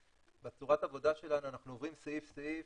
ובצורת העבודה שלנו אנחנו עוברים סעיף סעיף,